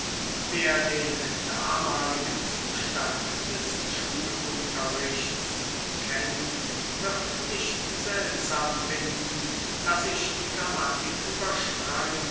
wer den damaligen zustand des schulunterrichts kennt wird nicht seltsam finden daß ich die grammatik